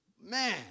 Man